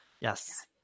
Yes